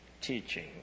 teaching